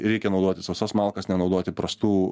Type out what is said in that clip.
reikia naudoti sausas malkas nenaudoti prastų